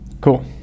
Cool